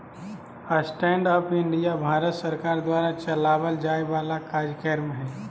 stand up India Bharat सरकार द्वारा चलावल जाय वाला कार्यक्रम हय